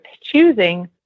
choosing